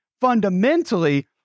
fundamentally